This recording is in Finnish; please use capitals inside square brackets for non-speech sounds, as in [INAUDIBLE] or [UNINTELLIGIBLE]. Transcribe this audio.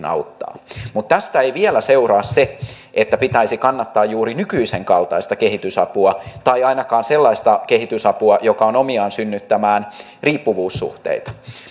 [UNINTELLIGIBLE] auttaa mutta tästä ei vielä seuraa se että pitäisi kannattaa juuri nykyisen kaltaista kehitysapua tai ainakaan sellaista kehitysapua joka on omiaan synnyttämään riippuvuussuhteita